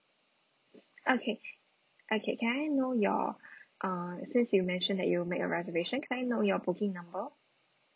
okay okay can I know your uh since you mentioned that you made a reservation can I know your booking number